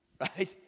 Right